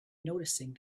noticing